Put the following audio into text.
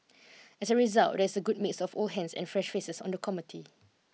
as a result there is a good mix of old hands and fresh faces on the committee